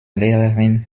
lehrerin